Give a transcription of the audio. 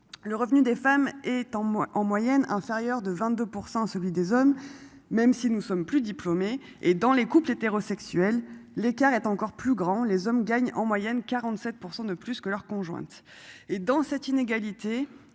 Le revenu des femmes en moins en moyenne inférieur de 22%, celui des hommes. Même si nous sommes plus. Et dans les couples hétérosexuels. L'écart est encore plus grand. Les hommes gagnent en moyenne 47% de plus que leur conjointe et dans cette inégalité